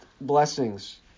blessings